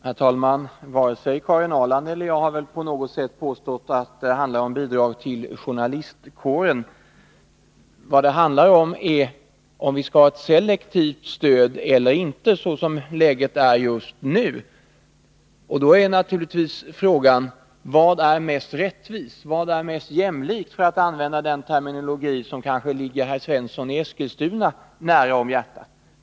Herr talman! Varken Karin Ahrland eller jag har på något sätt påstått att det handlar om bidrag till journalistkåren. Vad det handlar om är om vi skall ha ett selektivt stöd eller inte såsom läget är just nu. Då är frågan: Vad är mest rättvist? Vad är mest jämlikt? Detta för att använda den terminologi som kanske ligger Olle Svensson nära om hjärtat.